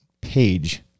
page